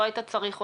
לא היית צריך אותו.